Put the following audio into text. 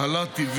הלא TV